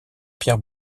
pierre